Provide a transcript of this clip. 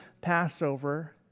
Passover